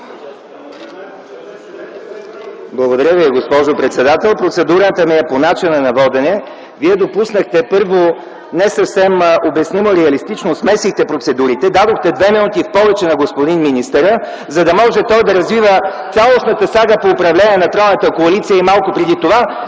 Благодаря Ви, госпожо председател. Процедурата ми е по начина на водене. Вие допуснахте, първо, не съвсем обяснимо реалистично, смесихте процедурите, дадохте две минути повече на господин министъра, за да може той да развива цялата сага по управление на тройната коалиция и малко преди това,